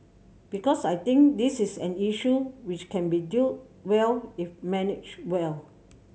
because I think this is an issue which can be dealt well if managed well